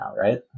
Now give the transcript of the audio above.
right